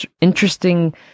interesting